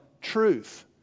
truth